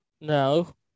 No